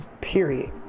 Period